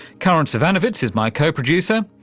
karin zsivanovits is my co-producer.